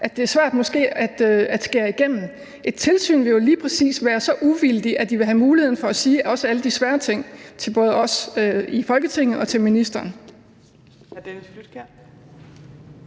– det er måske svært at skære igennem. Et tilsyn vil jo lige præcis være så uvildigt, at det vil have muligheden for at sige også alle de svære ting til både os i Folketinget og til ministeren.